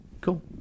Cool